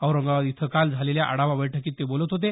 औरंगाबाद इथं काल झालेल्या आढावा बैठकीत ते बोलत होते